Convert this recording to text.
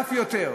ואף יותר,